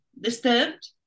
disturbed